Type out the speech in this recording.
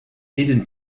eden